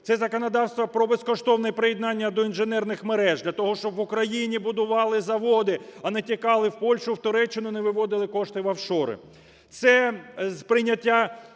Це законодавство про безкоштовне приєднання до інженерних мереж для того, щоб в Україні будували заводи, а не тікали у Польщу, Туреччину і не виводили кошти в офшори;